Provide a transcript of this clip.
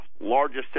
largest